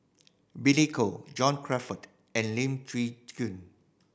Billy Koh John Crawfurd and Lim Chwee